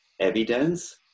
evidence